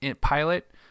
pilot